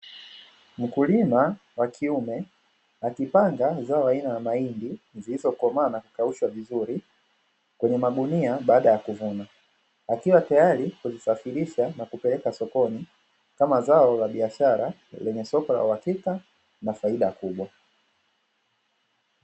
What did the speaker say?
Mkulima wa kiume, akipanga zao la aina ya mahindi, zilizokomaa na kukaushwa vizuri, kwenye magunia baada ya kuvuna, akiwa tayari kulisafirisha na kupeleka sokoni kama zao la biashara lenye soko la uhakika na faida kubwa.